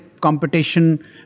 competition